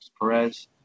Perez